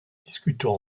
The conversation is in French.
discutons